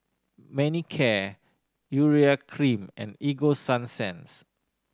Manicare Urea Cream and Ego Sunsense